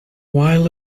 while